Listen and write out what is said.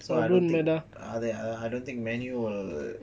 so I don't think I don't think man U will